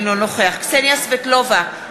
אינו נוכח קסניה סבטלובה,